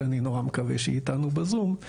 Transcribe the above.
שאני מקווה שהיא איתנו בזום,